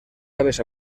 aves